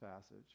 passage